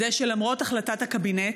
והוא שלמרות החלטת הקבינט,